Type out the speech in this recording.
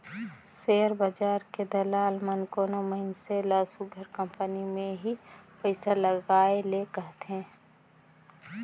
share बजार के दलाल मन कोनो मइनसे ल सुग्घर कंपनी में ही पइसा लगाए ले कहथें